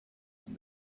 and